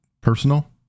personal